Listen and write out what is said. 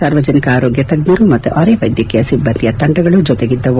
ಸಾರ್ವಜನಿಕ ಆರೋಗ್ಯ ತಜ್ಞರು ಮತ್ತು ಅರೆ ವೈದ್ಯಕೀಯ ಸಿಬ್ಲಂದಿಯ ತಂಡಗಳು ಜೊತೆಗಿದ್ದವು